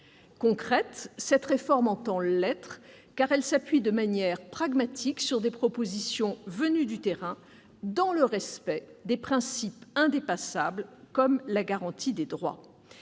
Concrète, cette réforme entend l'être, car elle s'appuie de manière pragmatique sur des propositions venues du terrain, dans le respect de principes indépassables, telle la garantie des droits.